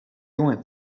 went